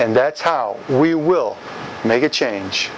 and that's how we will make a change